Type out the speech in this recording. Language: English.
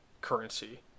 currency